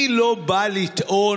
אני לא בא לטעון,